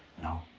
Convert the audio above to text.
no.